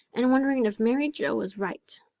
and wondering if mary joe was right.